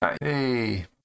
Hey